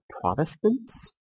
Protestants